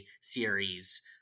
series